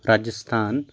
Rajasthan